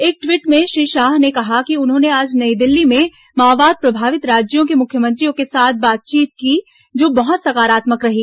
एक ट्वीट में श्री शाह ने कहा कि उन्होंने आज नई दिल्ली में माओवाद प्रभावित राज्यों के मुख्यमंत्रियों के साथ बातचीत की जो बहुत सकारात्मक रही